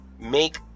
make